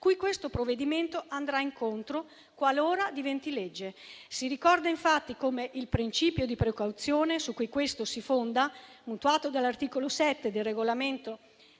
discussione andrebbe incontro qualora diventasse legge. Si ricorda, infatti, come il principio di precauzione su cui questo si fonda, mutuato dall'articolo 7 del regolamento